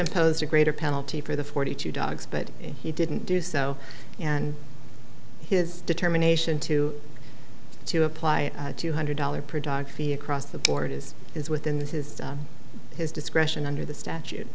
imposed a greater penalty for the forty two dogs but he didn't do so and his determination to to apply two hundred dollars per dog fee across the board is is within the his discretion under the statute